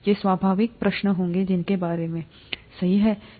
ये स्वाभाविक प्रश्न होंगे जिनके बारे में सही है